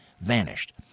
Vanished